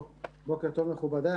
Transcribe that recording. בוקר טוב מכובדיי,